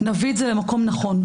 נביא את זה למקום נכון.